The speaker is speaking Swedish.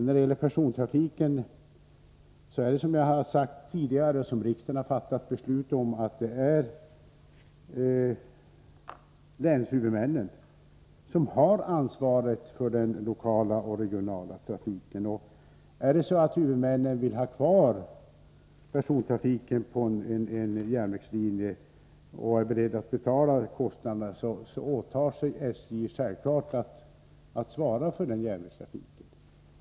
Länshuvudmännen har ansvaret — det har jag tidigare sagt och det har riksdagen fattat beslut om — både för den lokala och för den regionala trafiken. Om huvudmännen vill ha kvar persontrafiken på en viss järnvägs linje och är beredda att stå för kostnaderna, åtar sig SJ självfallet att svara för järnvägstrafiken på den linjen.